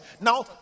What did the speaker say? Now